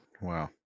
Wow